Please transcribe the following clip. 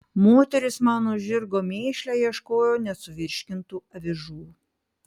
moterys mano žirgo mėšle ieškojo nesuvirškintų avižų